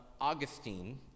Augustine